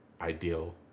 ideal